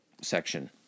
section